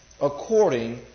according